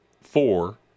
four